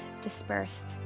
dispersed